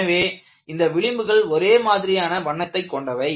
எனவே இந்த விளிம்புகள் ஒரே மாதிரியான வண்ணத்தை கொண்டவை